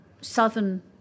southern